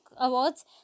Awards